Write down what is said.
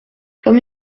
comme